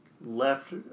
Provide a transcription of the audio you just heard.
left